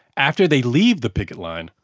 after they leave the picket line,